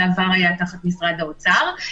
בעבר היה תחת משרד האוצר.